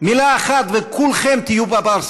יקרים שם ליד התאים, מילה אחת וכולכם תהיו בפרסה.